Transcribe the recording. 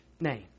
name